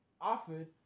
offered